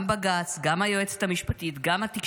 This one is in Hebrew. גם בג"ץ, גם היועצת המשפטית, גם התקשורת,